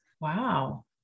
Wow